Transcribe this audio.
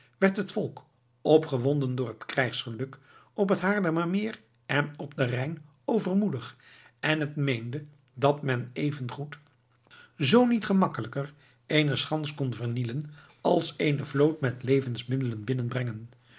werd het volk opgewonden door het krijgsgeluk op het haarlemmermeer en op den rijn overmoedig en het meende dat men even goed zoo niet gemakkelijker eene schans kon vernielen als eene vloot met levensmiddelen